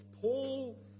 Paul